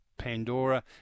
Pandora